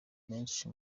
benshi